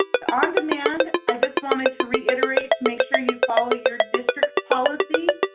the on-demand, i just wanted to reiterate to make sure you follow your districts policy.